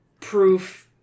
proof